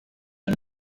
und